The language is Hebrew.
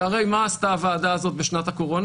שהרי מה עשתה הוועדה הזאת בשנת הקורונה?